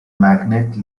magnate